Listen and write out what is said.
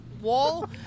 wall